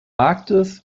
marktes